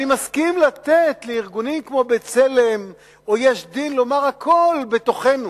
אני מסכים לתת לארגונים כמו "בצלם" או "יש דין" לומר הכול בתוכנו.